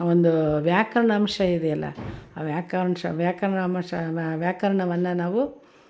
ಒಂದು ವ್ಯಾಕರಣಾಂಶ ಇದೆಯಲ್ಲ ಆ ವಾಕ್ಯಾಂಶ ವ್ಯಾಕರಣ ಅಂಶ ವ್ಯಾಕರಣವನ್ನ ನಾವು